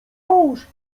mąż